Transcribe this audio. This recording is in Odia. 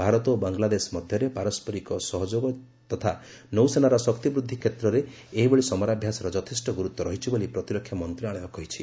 ଭାରତ ଓ ବାଂଲାଦେଶ ମଧ୍ୟରେ ପାରସ୍କରିକ ସହଯୋଗ ଡଥା ନୌସେନାର ଶକ୍ତିବୃଦ୍ଧି କ୍ଷେତ୍ରରେ ଏଭଳି ସମରାଭ୍ୟାସର ଯଥେଷ୍ଟ ଗୁରୁତ୍ୱ ରହିଛି ବୋଲି ପ୍ରତିରକ୍ଷା ମନ୍ତ୍ରଣାଳୟ କହିଛି